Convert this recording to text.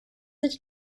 sich